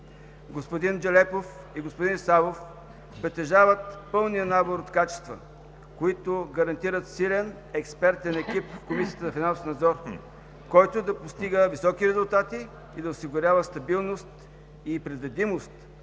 Господин Джелепов и господин Савов притежават пълния набор от качества, които гарантират силен експертен екип в Комисията за финансов надзор, който да постига високи резултати и да осигурява стабилност и предвидимост